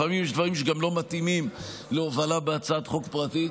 לפעמים יש דברים שגם לא מתאימים להובלה בהצעת חוק פרטית.